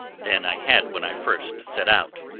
than i had when i first set out.